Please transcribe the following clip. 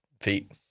feet